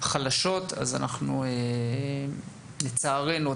חלשות לצערנו,